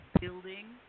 building